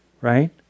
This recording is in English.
right